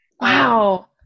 Wow